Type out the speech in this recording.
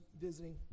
visiting